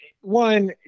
one